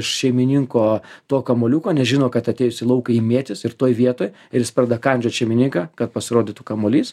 iš šeimininko to kamuoliuko nežino kad atėjus lauką jį mėtys ir toj vietoj ir jis pradeda kandžiot šeimininką kad pasirodytų kamuolys